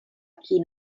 qui